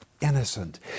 Innocent